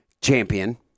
Champion